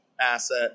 asset